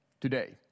today